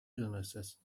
illnesses